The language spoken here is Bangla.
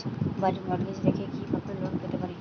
বাড়ি মর্টগেজ রেখে কিভাবে লোন পেতে পারি?